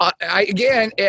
Again